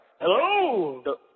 Hello